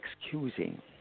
excusing